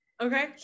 Okay